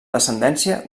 descendència